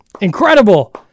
Incredible